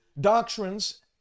doctrines